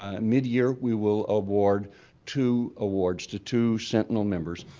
ah mid-year we will award two awards to two sentinel members.